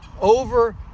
over